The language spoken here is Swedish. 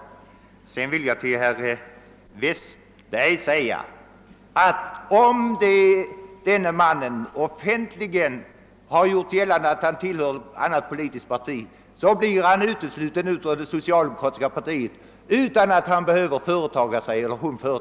Till herr Westberg i Ljusdal vill jag säga ännu en gång att om någon offentligen gör gällande att han eller hon tillhör ett annat politiskt parti blir ve